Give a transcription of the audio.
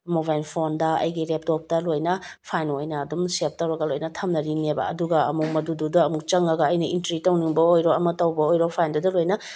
mobile ꯐꯣꯟꯗ ꯑꯩꯒꯤ ꯂꯦꯞꯇꯣꯞꯇ ꯂꯣꯏꯅ ꯐꯥꯏꯟ ꯑꯣꯏꯅ ꯑꯗꯨꯝ ꯁꯦꯕ ꯇꯧꯔꯒ ꯂꯣꯏꯅ ꯊꯝꯅꯔꯤꯅꯦꯕ ꯑꯗꯨꯒ ꯑꯃꯨꯛ ꯃꯗꯨꯗꯨꯗ ꯑꯃꯨꯛ ꯆꯪꯂꯒ ꯑꯩꯅ ꯏꯟꯇ꯭ꯔꯤ ꯇꯧꯅꯤꯡꯕ ꯑꯣꯏꯔꯣ ꯑꯃ ꯇꯧꯕ ꯑꯣꯏꯔꯣ ꯐꯥꯏꯟꯗꯨꯗ ꯂꯣꯏꯅ